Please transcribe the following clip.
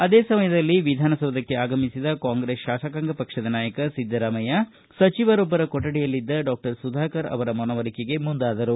ಅದೇ ಸಮಯದಲ್ಲಿ ವಿಧಾನಸೌಧಕ್ಷೆ ಆಗಮಿಸಿದ ಕಾಂಗ್ರೆಸ್ ಶಾಸಕಾಂಗ ಪಕ್ಷದ ನಾಯಕ ಸಿದ್ದರಾಮಯ್ಯ ಸಚಿವರೊಬ್ಬರ ಕೊಕಡಿಯಲ್ಲಿದ್ದ ಡಾಕ್ಷರ್ ಸುಧಾಕರ್ ಅವರ ಮನವೊಲಿಕೆಗೆ ಮುಂದಾದರು